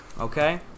Okay